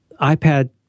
iPad